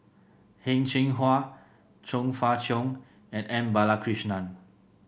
Hing Cheng Hwa Chong Fah Cheong and M Balakrishnan